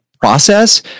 process